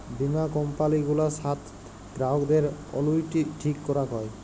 বীমা কম্পালি গুলার সাথ গ্রাহকদের অলুইটি ঠিক ক্যরাক হ্যয়